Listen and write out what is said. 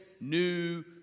new